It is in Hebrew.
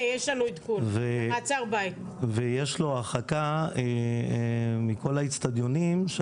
ויש לו הרחקה מכל האצטדיונים.